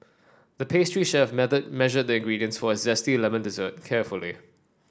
the pastry chef measured the ingredients for a zesty lemon dessert carefully